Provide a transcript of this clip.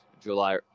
July